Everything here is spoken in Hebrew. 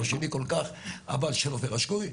לא שלי כל כך, אבל של עופר אשקורי.